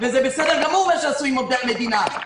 זה בסדר גמור מה שעשו עם עובדי מדינה,